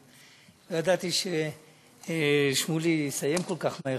לא ידעתי ששמולי יסיים כל כך מהר.